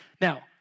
Now